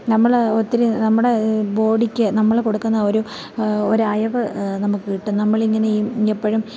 നമ്മൾ ഒത്തിരി നമ്മുടെ ബോഡിക്ക് നമ്മൾ കൊടുക്കുന്ന ഒരു ഒരു അയവ് നമുക്ക് കിട്ടും നമ്മൾ ഇങ്ങനെ എപ്പോഴും